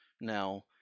now